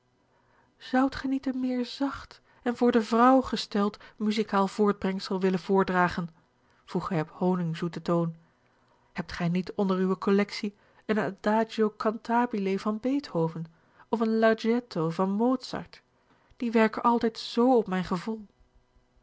zoudt gij niet een meer zacht en voor de vrouw gesteld muziekaal voortbrengsel willen voordragen vroeg hij op honigzoeten toon hebt gij niet onder uwe collectie een adagio cantabile van beethoven of een larghetto van mozart die werken altijd zoo op mijn gevoel